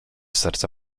serce